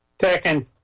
Second